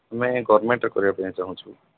ଆମେ ଗଭର୍ଣ୍ଣମେଣ୍ଟ୍ରେ କରିବା ପାଇଁ ଚାହୁଁଛୁ